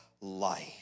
life